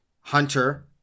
Hunter